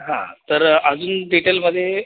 हां तर अजून डिटेलमध्ये